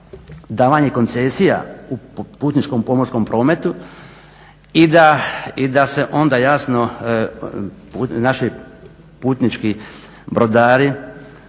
davanje koncesija u putničkom pomorskom prometu i da se naši putnički brodari